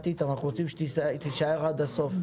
אנחנו רוצים שתישאר עד הסוף,